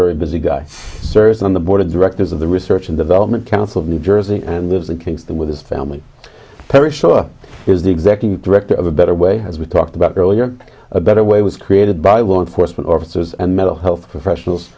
very busy guy serves on the board of directors of the research and development council of new jersey and lives in kingston with his family perry sure is the executive director of a better way as we talked about earlier a better way was created by law enforcement officers and mental health professionals